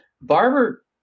Barber